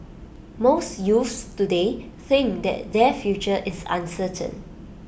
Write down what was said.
most youths today think that their future is uncertain